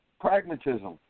Pragmatism